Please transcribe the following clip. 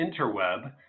interweb